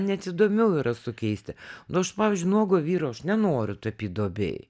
net įdomiau yra sukeisti nu aš pavyzdžiui nuogo vyro aš nenoriu tapyt duobėj